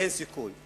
אין סיכוי.